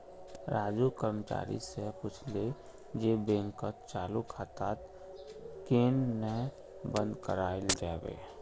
राजू कर्मचारी स पूछले जे बैंकत चालू खाताक केन न बंद कराल जाबे